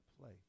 play